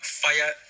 fire